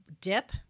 dip